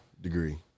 degree